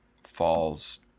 falls